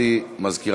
בוודאי מותר